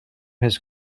his